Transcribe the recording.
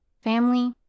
Family